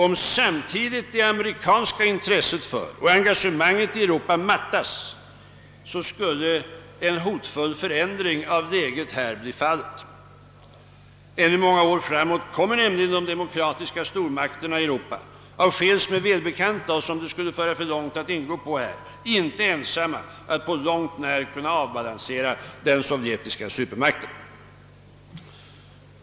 Om samtidigt det amerikanska intresset för och engagemanget i Europa mattades, så skulle en hotfull förändring av läget i Europa inträda. Äntu under många år framåt kommer nämligen de demokratiska stormakterna i Europa — av skäl som är välbekanta och som det skulle föra för långt att här gå in på — icke ensamma att på långt när kunna avbalansera den sovjetiska supermakten.